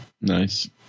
Nice